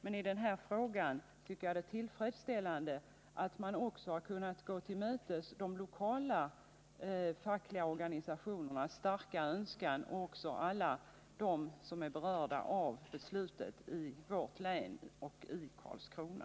Men i denna fråga tycker jag det är tillfredsställande att man också har kunnat tillmötesgå de lokala fackliga organisationernas starka önskan och tillmötesgå alla dem som är berörda av beslutet i vårt län och i Karlskrona.